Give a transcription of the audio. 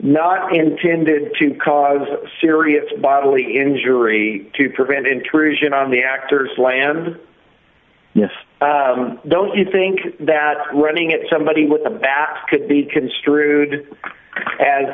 not intended to cause serious bodily injury to prevent intrusion on the actor's land yes don't you think that running at somebody with a basket be construed as